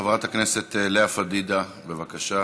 חברת הכנסת לאה פדידה, בבקשה.